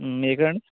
మీది ఎక్కడ అండి